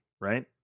right